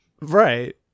Right